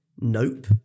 Nope